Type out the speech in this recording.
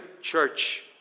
church